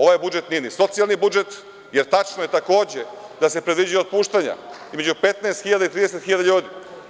Ovaj budžet nije ni socijalni budžet, jer tačno je takođe da se predviđaju otpuštanja između 15.000 i 30.000 ljudi.